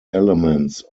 elements